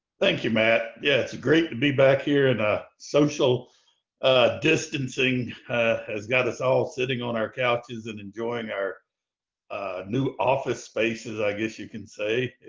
thank you, matt. yeah, it's great to be back here and social distancing has got us all sitting on our couches and enjoying our new office spaces, i guess you can say.